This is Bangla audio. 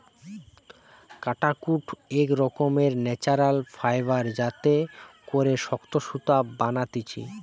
কাটাকুট এক রকমের ন্যাচারাল ফাইবার যাতে করে শক্ত সুতা বানাতিছে